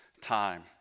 time